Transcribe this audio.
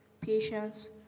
patience